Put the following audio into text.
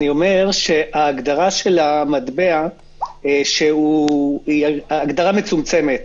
אני אומר שההגדרה של המטבע היא הגדרה מצומצמת,